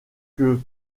que